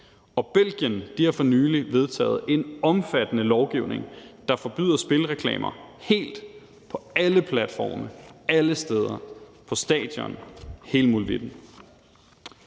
Belgien har for nylig vedtaget en omfattende lovgivning, der forbyder spilreklamer helt, på alle platforme, alle steder, på stadion, hele molevitten.